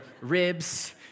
ribs